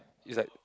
is like